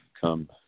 Come